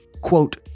Quote